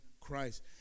Christ